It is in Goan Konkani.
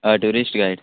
आं टुरिश्ट गायड